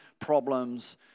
problems